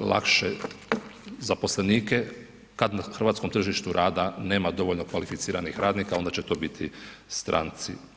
lakše zaposlenike kad na hrvatskom tržištu rada nema dovoljno kvalificiranih radnika onda će to biti stranci.